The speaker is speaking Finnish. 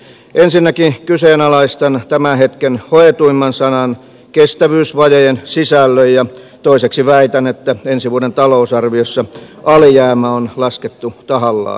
ensinnäkin kyseenalaistan tämän hetken hoetuimman sanan kestävyysvajeen sisällön ja toiseksi väitän että ensi vuoden talousarviossa alijäämä on laskettu tahallaan väärin